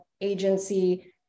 agency